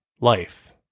Life